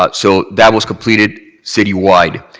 but so that was completed citywide.